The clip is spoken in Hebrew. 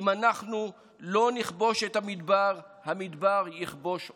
אם אנחנו לא נכבוש את המדבר, המדבר יכבוש אותנו.